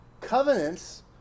Covenants